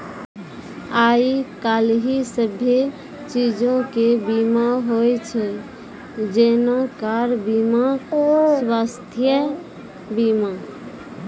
आइ काल्हि सभ्भे चीजो के बीमा होय छै जेना कार बीमा, स्वास्थ्य बीमा